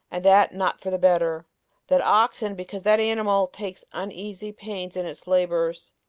and that not for the better that oxen, because that animal takes uneasy pains in his labors,